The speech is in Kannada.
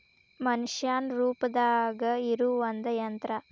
ಮನಷ್ಯಾನ ರೂಪದಾಗ ಇರು ಒಂದ ಯಂತ್ರ